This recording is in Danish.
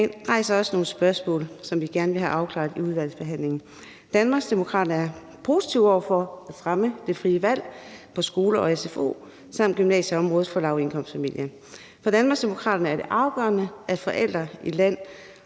rejser også nogle spørgsmål, som vi gerne vil have afklaret under udvalgsbehandlingen. Danmarksdemokraterne er positive over for at fremme det frie valg af skoler og sfo samt gymnasier for lavindkomstfamilier. For Danmarksdemokraterne er det afgørende, at forældre i land-